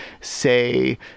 say